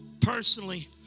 personally